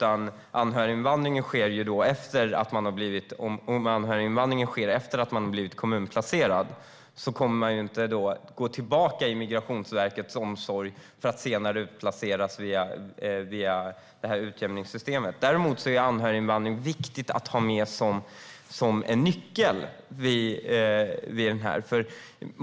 Om anhöriginvandringen sker efter att man har blivit kommunplacerad kommer man inte att kunna gå tillbaka in i Migrationsverkets omsorg för att senare utplaceras till en annan kommun via utjämningssystemet. Anhöriginvandring är däremot viktig att ha med som en nyckel.